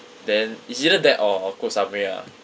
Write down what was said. then it's either that or koh samui lah